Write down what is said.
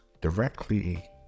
directly